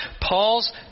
Paul's